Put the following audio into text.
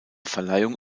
verleihung